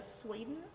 Sweden